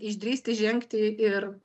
išdrįsti žengti ir